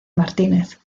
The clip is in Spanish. martínez